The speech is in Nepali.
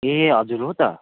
ए हजुर हो त